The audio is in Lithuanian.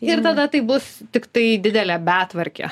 ir tada tai bus tiktai didelė betvarkė